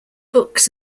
books